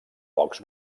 pocs